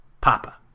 Papa